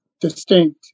distinct